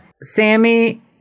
Sammy